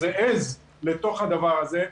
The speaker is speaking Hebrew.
איזה עז לתוך הדבר הזה,